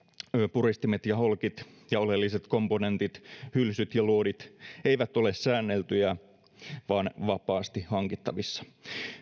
puristimet ja holkit ja oleelliset komponentit hylsyt ja luodit eivät ole säänneltyjä vaan vapaasti hankittavissa